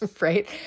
right